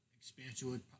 expansion